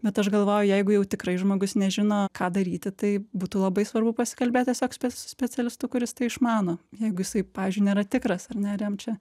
bet aš galvoju jeigu jau tikrai žmogus nežino ką daryti tai būtų labai svarbu pasikalbėt tiesiog spe su specialistu kuris tai išmano jeigu jisai pavyzdžiui nėra tikras ar ne ar jam čia